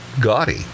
gaudy